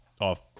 off